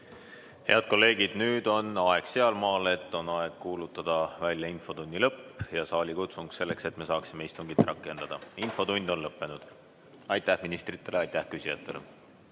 Head kolleegid! Nüüd on aeg sealmaal, et on aeg kuulutada välja infotunni lõpp ja teha saalikutsung selleks, et me saaksime istungit rakendada. Infotund on lõppenud. Aitäh ministritele ja aitäh küsijatele!